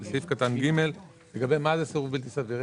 קטן (ג) לגבי מה זה סירוב בלתי סביר.